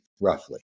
roughly